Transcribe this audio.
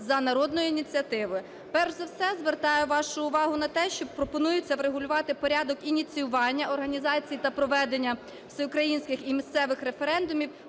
за народною ініціативою. Перш за все, звертаю вашу увагу на те, що пропонується врегулювати порядок ініціювання організації та проведення всеукраїнських і місцевих референдумів